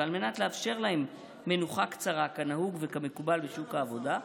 ועל מנת לאפשר להם מנוחה קצרה כנהוג וכמקובל בשוק העבודה,